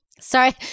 Sorry